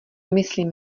myslím